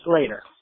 later